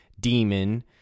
Demon